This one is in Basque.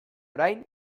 orain